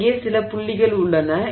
இங்கே சில புள்ளிகள் உள்ளன